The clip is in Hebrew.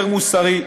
יותר מוסרי,